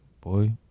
boy